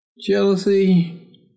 Jealousy